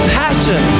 passion